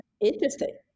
interesting